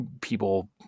people